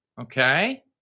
Okay